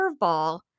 curveball